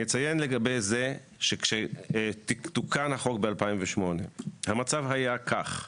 אני אציין לגבי זה שכשתוקן החוק ב-2008 המצב היה כך: